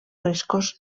riscos